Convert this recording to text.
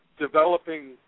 developing